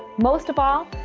most of all,